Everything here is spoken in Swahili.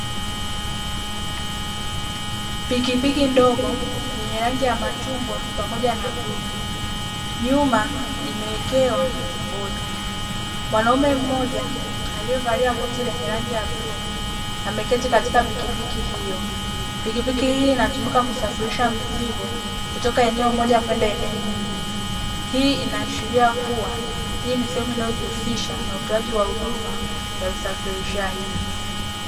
Pikipiki ndogo yenye rangi ya machungwa pamoja na bluu, nyuma imewekewa bodi. Mwanamume mmoja aliyevalia koti lenye rangi ya bluu ameketi katika pikipiki hiyo. Pikipiki hii inatumika kusafirisha mizigo kutoka eneo moja kwenda eneo jingine. Hii inashiria kuwa hii ni sehemu inayo jihusisha na utoaji wa huduma ya usafirishaji.